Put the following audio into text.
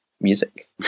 music